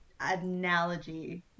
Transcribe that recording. analogy